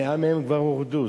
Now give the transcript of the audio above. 100 מהם כבר הורדו.